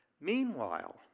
meanwhile